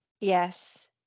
Yes